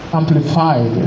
amplified